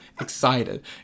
excited